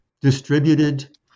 distributed